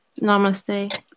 Namaste